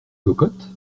cocottes